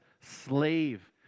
slave